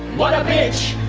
what a bitch!